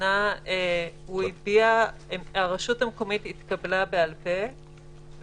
הכוונה שעמדת הרשות המקומית התקבלה בעל פה והיא